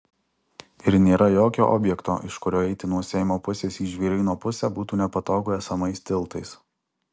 ir nėra jokio objekto iš kurio eiti nuo seimo pusės į žvėryno pusę būtų nepatogu esamais tiltais